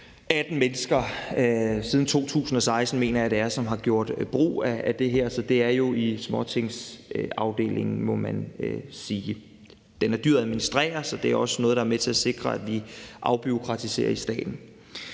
18 mennesker siden 2016, mener jeg det er, som har gjort brug af det her, så det er jo i småtingsafdelingen, må man sige. Den er dyr at administrere, så det er også noget, der er med til at sikre, at vi afbureaukratiserer i staten.